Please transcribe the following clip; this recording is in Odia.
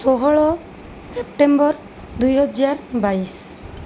ଷୋହଳ ସେପ୍ଟେମ୍ବର ଦୁଇହଜାର ବାଇଶ